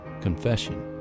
confession